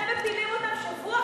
אתם מפילים אותם שבוע אחרי שבוע.